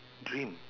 dream